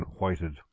whited